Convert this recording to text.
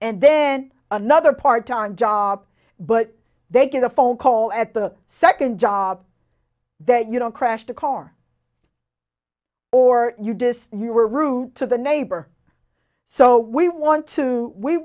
and then another part time job but they get a phone call at the second job that you don't crash the car or you dissed you were rude to the neighbor so we want to we